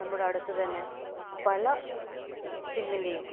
നമ്മുടെ അടുത്ത് തന്നെ പല സിമ്മിൻ്റെയും